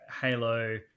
Halo